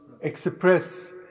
express